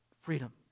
freedom